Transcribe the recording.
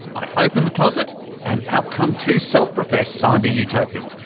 i open the closet and out come two self-professed cyber-utopians,